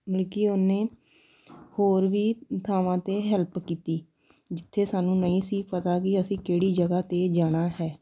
ਮਤਲਬ ਕਿ ਉਹਨੇ ਹੋਰ ਵੀ ਥਾਵਾਂ 'ਤੇ ਹੈਲਪ ਕੀਤੀ ਜਿੱਥੇ ਸਾਨੂੰ ਨਹੀਂ ਸੀ ਪਤਾ ਕਿ ਅਸੀਂ ਕਿਹੜੀ ਜਗ੍ਹਾ 'ਤੇ ਜਾਣਾ ਹੈ